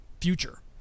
future